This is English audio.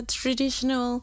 traditional